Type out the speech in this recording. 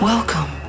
Welcome